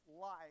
life